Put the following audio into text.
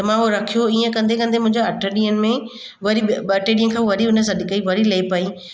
त मां उहो रखियो हीअं कंदे कंदे मुंहिंजा अठ ॾींहनि में वरी ॿ ॿ टे ॾींहं खां वरी हुन सॾु कयईं वरी लेप हई